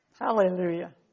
Hallelujah